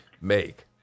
make